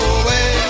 away